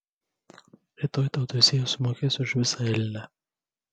rytoj tau teisėjas sumokės už visą elnią